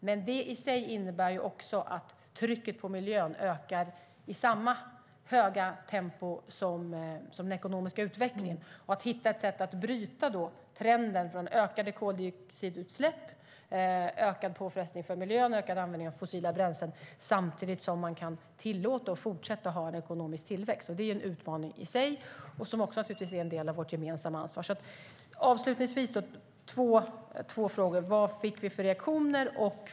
Men det innebär också att trycket på miljön ökar i samma höga tempo som den ekonomiska utvecklingen. Det handlar om att hitta ett sätt att bryta trenden när det gäller ökade koldioxidutsläpp, ökad påfrestning på miljön och ökad användning av fossila bränslen samtidigt som man kan fortsätta att ha en ekonomisk tillväxt. Det är en utmaning i sig, som naturligtvis är en del av vårt gemensamma ansvar. Avslutningsvis har jag två frågor: Vad fick vi för reaktioner?